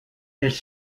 elles